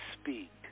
speak